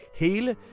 hele